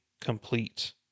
complete